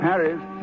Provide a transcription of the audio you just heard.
Paris